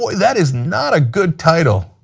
that is not a good title.